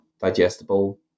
digestible